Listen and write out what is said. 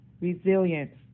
resilience